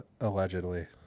Allegedly